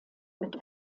mit